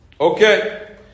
Okay